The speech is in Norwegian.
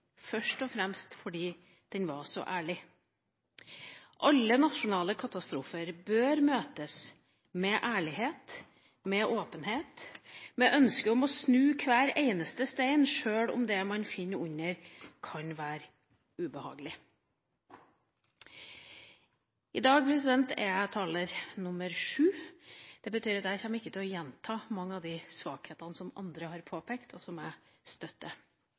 først og fremst fordi den var så ærlig. Alle nasjonale katastrofer bør møtes med ærlighet, med åpenhet, med ønske om å snu hver eneste stein sjøl om det vi finner under, kan være ubehagelig. I dag er jeg taler nr. 7. Det betyr at jeg ikke kommer til å gjenta mange av de svakhetene som andre har påpekt, og som jeg støtter.